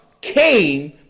came